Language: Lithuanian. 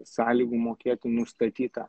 sąlygų mokėti nustatytą